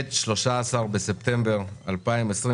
13 בספטמבר 2021,